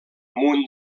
amunt